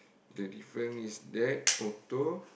the different is that auto